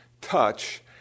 touch